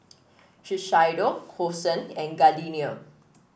Shiseido Hosen and Gardenia